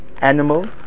animal